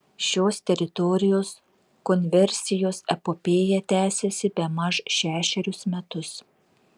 šios teritorijos konversijos epopėja tęsiasi bemaž šešerius metus